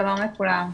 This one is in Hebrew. שלום לכולם.